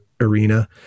arena